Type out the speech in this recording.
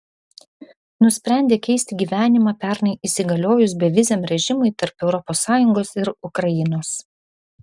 nusprendė keisti gyvenimą pernai įsigaliojus beviziam režimui tarp europos sąjungos ir ukrainos